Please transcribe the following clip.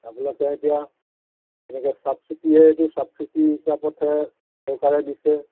আপোনালোকে এতিয়া এনেকে ছাবচিডিয়ে এইটো ছাবচিডি হিচাপতহে চৰকাৰে দিছে